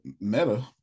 Meta